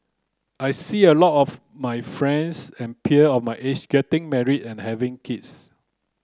I see a lot of my friends and peer of my age getting married and having kids